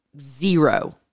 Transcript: Zero